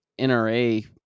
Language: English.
NRA